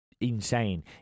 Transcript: insane